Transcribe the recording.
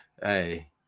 hey